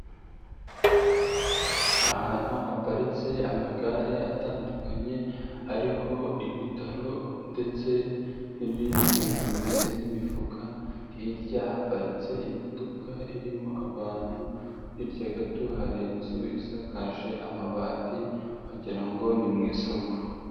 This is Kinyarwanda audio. Ahantu haparitse amagare atandukanye ariho ibitaro ndetse n'ibindi bintu bimeze nk'imifuka, hirya haparitse imodoka irimo abantu, hirya gato hari inzu isakaje amabati wagira ngo ni mu isoko.